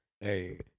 hey